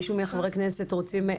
מישהו מחברי הכנסת רוצים?